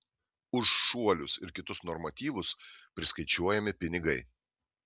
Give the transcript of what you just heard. už šuolius ir kitus normatyvus priskaičiuojami pinigai